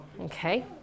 Okay